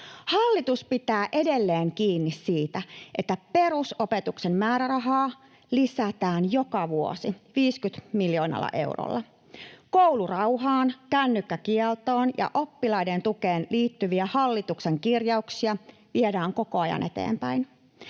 Hallitus pitää edelleen kiinni siitä, että perusopetuksen määrärahaa lisätään joka vuosi 50 miljoonalla eurolla. Koulurauhaan, kännykkäkieltoon ja oppilaiden tukeen liittyviä hallituksen kirjauksia viedään koko ajan eteenpäin.